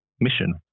mission